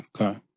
okay